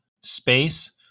space